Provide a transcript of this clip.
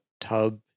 tub